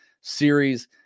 series